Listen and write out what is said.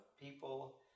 people